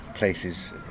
places